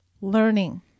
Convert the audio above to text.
learning